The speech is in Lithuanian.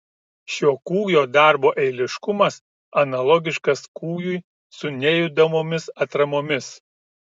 šio kūjo darbo eiliškumas analogiškas kūjui su nejudamomis atramomis